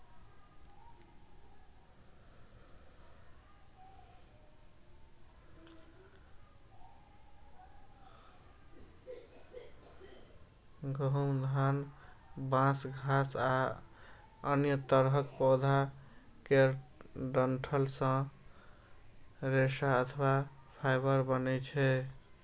गहूम, धान, बांस, घास आ अन्य तरहक पौधा केर डंठल सं रेशा अथवा फाइबर बनै छै